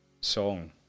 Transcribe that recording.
song